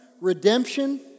redemption